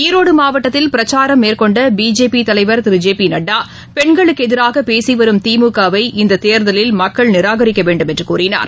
ஈரோடுமாவட்டத்தில் பிரச்சாரம் மேற்கொண்டபிஜேபிதலைவர் பிநட்டா திரு ஐ பெண்களுக்குஎதிராகபேசிவரும் திமுகவை இந்ததேர்தலில் மக்கள் நிராகரிக்கவேண்டும் என்றுகூறினார்